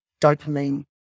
dopamine